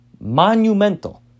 monumental